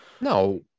No